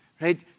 right